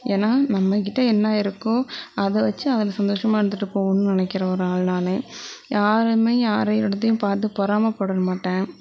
ஏன்னா நம்மக்கிட்ட என்ன இருக்கோ அதை வச்சி அதில் சந்தோஷமாக இருந்திட்டு போகணும்னு நினைக்கிற ஒரு ஆள் நான் யாருமே யாரோருடைய இடத்தையும் பார்த்து பொறாமை பட மாட்டேன்